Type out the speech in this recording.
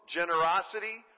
generosity